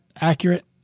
accurate